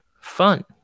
fun